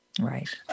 Right